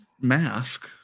mask